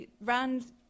RAND